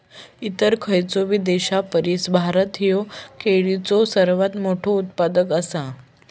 इतर खयचोबी देशापरिस भारत ह्यो केळीचो सर्वात मोठा उत्पादक आसा